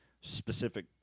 specific